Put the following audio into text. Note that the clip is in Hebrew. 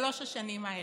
בשלוש השנים האלה?